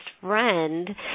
friend